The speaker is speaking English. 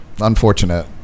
Unfortunate